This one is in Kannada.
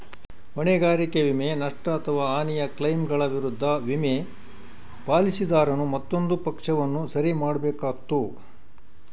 ಹೊಣೆಗಾರಿಕೆ ವಿಮೆ, ನಷ್ಟ ಅಥವಾ ಹಾನಿಯ ಕ್ಲೈಮ್ಗಳ ವಿರುದ್ಧ ವಿಮೆ, ಪಾಲಿಸಿದಾರನು ಮತ್ತೊಂದು ಪಕ್ಷವನ್ನು ಸರಿ ಮಾಡ್ಬೇಕಾತ್ತು